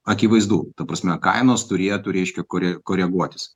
akivaizdu ta prasme kainos turėtų reiškia kore koreguotis